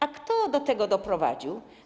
A kto do tego doprowadził?